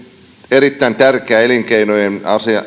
erittäin tärkeä elinkeinojen